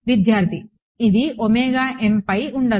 విద్యార్థి ఇది పై ఉండదు